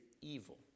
evil